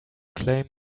claim